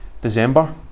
December